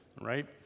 right